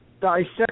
dissect